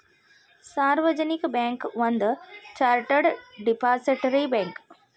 ಸಾರ್ವಜನಿಕ ಬ್ಯಾಂಕ್ ಒಂದ chartered depository bank